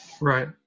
right